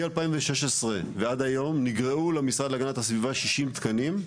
מ-2016 ועד היום נגרעו למשרד להגנת הסביבה 60 תקנים.